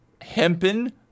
Hempen